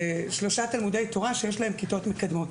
בשלושה תלמודי תורה שיש להם כיתות מקדמות.